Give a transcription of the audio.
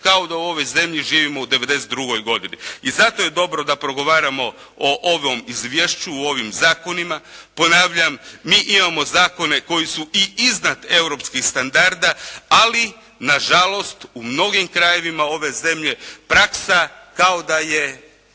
kao da u ovoj zemlji živimo u '92. godini. I zato je dobro da progovaramo o ovom izvješću, o ovim zakonima. Ponavljam. Mi imamo zakone koji su i iznad europskih standarda ali nažalost, u mnogim krajevima ove zemlje praksa kao da je,